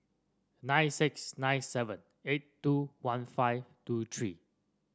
nine six nine seven eight two one five two three